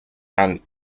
and